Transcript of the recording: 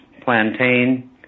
plantain